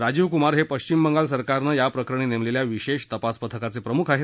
राजीव कुमार हे पश्चिम बंगाल सरकारनं या प्रकरणी नेमलेल्या विशेष तपास पथकाचे प्रमुख आहेत